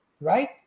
right